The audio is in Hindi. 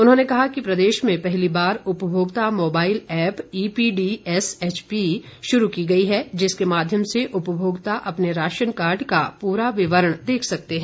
उन्होंने कहा कि प्रदेश में पहली बार उपभोक्ता मोबाइल एप ईपीडीएसएचपी शुरू की गई है जिसके माध्यम से उपभोक्ता अपने राशन कार्ड का पूरा विवरण देख सकते हैं